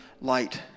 light